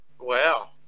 wow